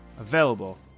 available